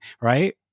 right